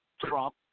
Trump